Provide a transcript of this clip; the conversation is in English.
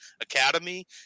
Academy